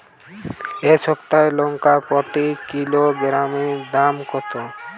এই সপ্তাহের লঙ্কার প্রতি কিলোগ্রামে দাম কত?